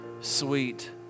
sweet